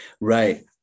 right